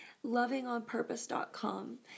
lovingonpurpose.com